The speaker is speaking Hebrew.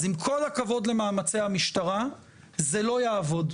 אז עם כל הכבוד למאמצי המשטרה, זה לא יעבוד.